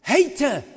Hater